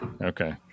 okay